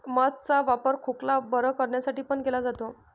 मध चा वापर खोकला बरं करण्यासाठी पण केला जातो